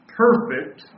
perfect